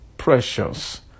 Precious